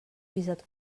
visat